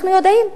אנחנו יודעים.